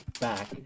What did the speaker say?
Back